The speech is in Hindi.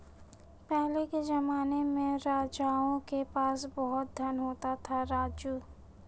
पहले के जमाने में राजाओं के पास बहुत धन होता था, राजू